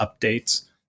updates